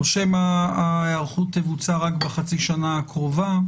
או שמא ההיערכות תבוצע רק בחצי שנה הקרובה?